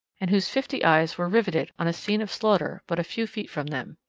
and whose fifty eyes were riveted on a scene of slaughter but a few feet from them.